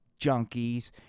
junkies